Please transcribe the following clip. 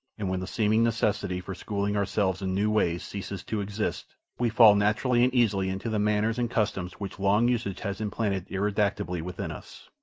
and when the seeming necessity for schooling ourselves in new ways ceases to exist, we fall naturally and easily into the manners and customs which long usage has implanted ineradicably within us.